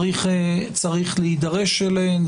יש להידרש אליהן.